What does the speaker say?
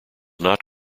not